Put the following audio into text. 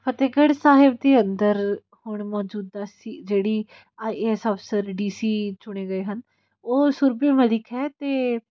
ਫਤਿਹਗੜ੍ਹ ਸਾਹਿਬ ਦੇ ਅੰਦਰ ਹੁਣ ਮੌਜੂਦਾ ਸੀ ਜਿਹੜੀ I A S officer D C ਚੁਣੇ ਗਏ ਹਨ ਉਹ ਸੁਰਭੀ ਮਲਿਕ ਹੈ ਅਤੇ